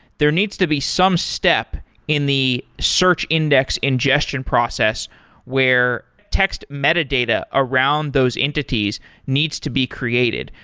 there needs to be some step in the search index ingestion process where text metadata around those entities needs to be created.